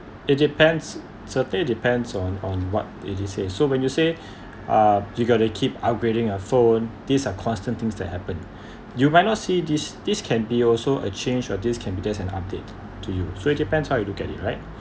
it depends certainly depends on on what it is say so when you say uh you got to keep upgrading your phone these are constant things that happen you might not see this this can be also a change or these can be just an update to you so it depends how you look at it right